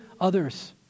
others